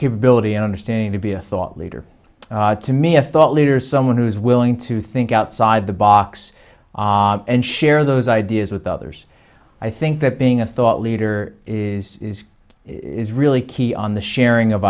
ability and understanding to be a thought leader to me a thought leader someone who's willing to think outside the box and share those ideas with others i think that being a thought leader is is really key on the sharing of